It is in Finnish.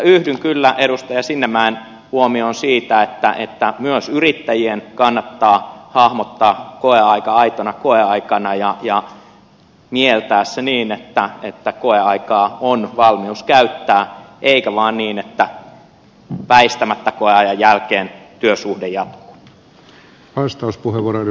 yhdyn kyllä edustaja sinnemäen huomioon siitä että myös yrittäjien kannattaa hahmottaa koeaika aitona koeaikana ja mieltää se niin että koeaikaa on valmius käyttää eikä vain niin että väistämättä koeajan jälkeen työsuhde jatkuu